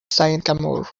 sycamore